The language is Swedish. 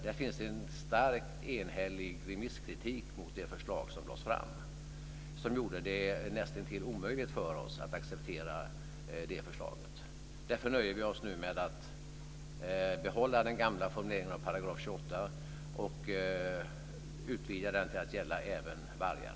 Det finns en stark enhällig remisskritik mot det förslag som lades fram som gjorde det näst intill omöjligt för oss att acceptera det förslaget. Därför nöjer vi oss nu med att behålla den gamla formuleringen i 28 § och utvidgar den till att gälla även vargar.